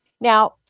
Now